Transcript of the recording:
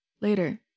later